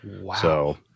Wow